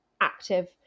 active